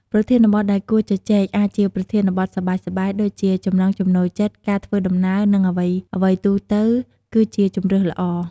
ប្រធានបទដែលគួរជជែក អាចជាប្រធានបទសប្បាយៗ ដូចជា ចំណង់ចំណូលចិត្ត ការធ្វើដំណើរ និងអ្វីៗទូទៅ គឺជាជម្រើសល្អ។